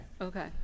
Okay